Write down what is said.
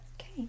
Okay